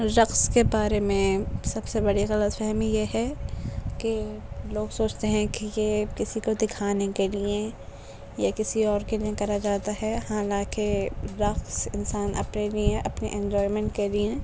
رقص کے بارے میں سب سے بڑی غلط فہمی یہ ہے کہ لوگ سوچتے ہیں کہ یہ کسی کو دکھانے کے لئے یا کسی اور کے لئے کرا جاتا ہے حالانکہ رقص انسان اپنے لئے اپنے انجوائمینٹ کے لئے